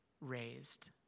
raised